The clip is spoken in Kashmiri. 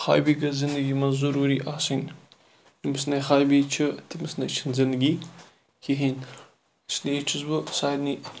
ہابی گٔژھ زِندگی مَنٛز ضوٚروٗری آسٕنۍ ییٚمِس نہٕ ہابی چھِ تمِس نے چھَ نہٕ زِنٛدگی کِہیٖنۍ اِسلیے چھُس بہٕ سارنی